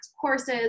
courses